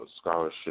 scholarship